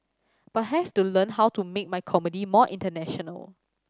but have to learn how to make my comedy more international